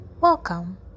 welcome